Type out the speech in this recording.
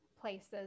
places